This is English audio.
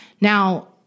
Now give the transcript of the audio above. Now